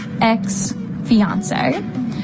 ex-fiance